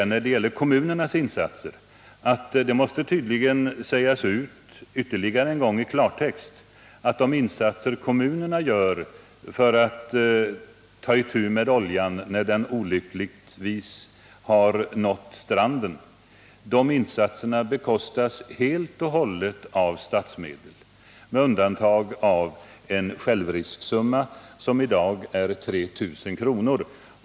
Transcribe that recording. När det gäller kostnaderna för de insatser som kommunerna gör för att ta itu med oljan när denna olyckligtvis har nått stranden vill jag säga att dessa insatser helt och hållet bekostas av statsmedel med undantag för en självrisksumma, som i dag är 3000 kr.